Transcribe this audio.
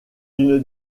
une